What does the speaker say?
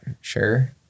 sure